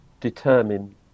determine